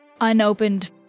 unopened